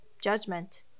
judgment